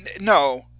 No